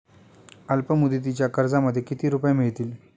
अल्पमुदतीच्या कर्जामध्ये किती रुपये मिळतील?